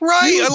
Right